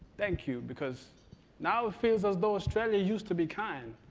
thank you, because now it feels as though australia used to be kind.